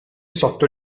sotto